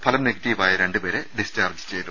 ഫലം നെഗറ്റീവായ രണ്ടുപേരെ ഡിസ്ചാർജ്ജ് ചെയ്തു